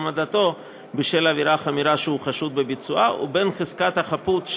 עבודתו בשל עבירה חמורה שהוא חשוד בביצועה ובין חזקת החפות,